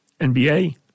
NBA